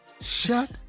Shut